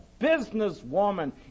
businesswoman